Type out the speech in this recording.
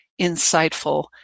insightful